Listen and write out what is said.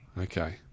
Okay